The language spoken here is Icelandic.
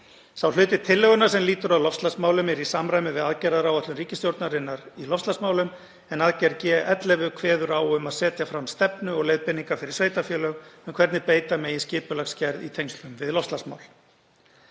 Sá hluti tillögunnar sem lýtur að loftslagsmálum er í samræmi við aðgerðaáætlun ríkisstjórnarinnar í loftslagsmálum en aðgerð G.11 kveður á um að setja fram stefnu og leiðbeiningar fyrir sveitarfélög um hvernig beita megi skipulagsgerð í tengslum við loftslagsmál.